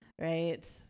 right